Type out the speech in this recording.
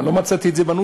אבל לא מצאתי את זה בנוסח,